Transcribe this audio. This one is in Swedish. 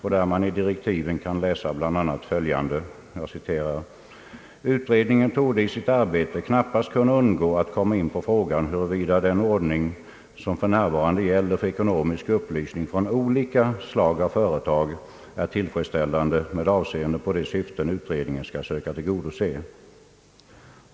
I dessa direktiv kan man läsa bl.a. följande: » Utredningen torde i sitt arbete knappast kunna undgå att komma in på frågan, huruvida den ordning som för närvarande gäller för ekonomisk upplysning från olika slag av företag är tillfredsställande med avseende på de syften utredningen skall söka tillgodose.